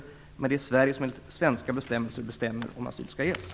Det är Sverige som skall besluta enligt svenska bestämmelser om ifall asyl skall beviljas.